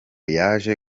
yaje